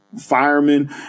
firemen